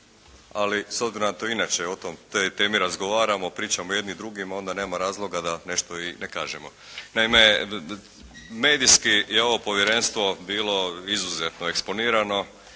ali s obzirom na to inače o toj temi razgovaramo, pričamo jedni drugima, onda nema razloga da nešto i ne kažemo. Naime, medijski je ovo povjerenstvo bilo izuzetno eksponirano,